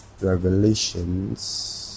Revelations